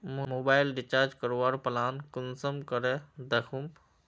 Mobile recharge करवार plan कुंसम करे दखुम?